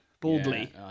Boldly